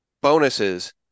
bonuses